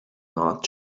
not